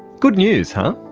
good news, huh?